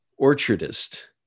orchardist